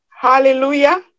Hallelujah